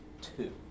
two